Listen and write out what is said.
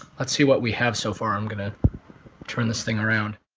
let's see what we have so far. i'm going to turn this thing around.